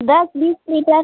दस बीस लीटर